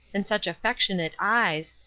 and such affectionate eyes,